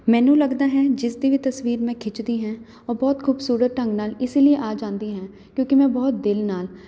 ਮੈਨੂੰ ਲੱਗਦਾ ਹੈ ਜਿਸ ਦੀ ਵੀ ਤਸਵੀਰ ਮੈਂ ਖਿੱਚਦੀ ਹਾਂ ਉਹ ਬਹੁਤ ਖੂਬਸੂਰਤ ਢੰਗ ਨਾਲ ਇਸ ਲੀਏ ਆ ਜਾਂਦੀ ਹੈ ਕਿਉਂਕਿ ਮੈਂ ਬਹੁਤ ਦਿਲ ਨਾਲ